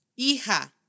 Hija